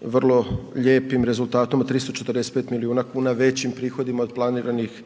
vrlo lijepim rezultatom od 345 milijuna kuna većim prihodima od planiranih